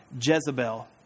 Jezebel